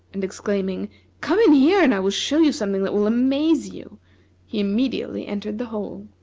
and exclaiming come in here and i will show you something that will amaze you! he immediately entered the hole.